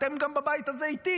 אתם גם בבית הזה איתי.